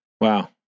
wow